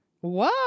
Whoa